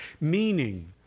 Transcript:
meaning